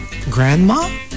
grandma